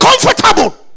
comfortable